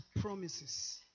promises